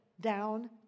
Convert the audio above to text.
down